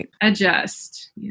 adjust